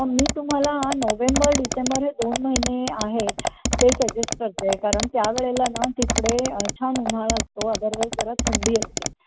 मी तुम्हाला November December हे दोन महिने आहेत ते सजेस्ट करते आहे कारण त्यावेळेला ना तिकडे छान उन्हाळा असतो अदरवाईज जरा थंडी असते